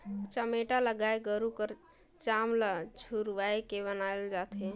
चमेटा ल गाय गरू कर चाम ल झुरवाए के बनाल जाथे